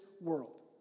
world